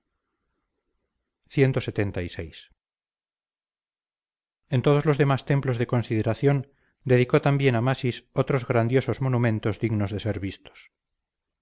palancas clxxvi en todos los demás templos de consideración dedicó también amasis otros grandiosos monumentos dignos de ser vistos